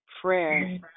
prayer